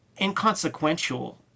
inconsequential